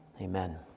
Amen